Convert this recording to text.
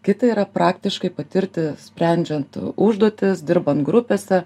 kita yra praktiškai patirti sprendžiant užduotis dirbant grupėse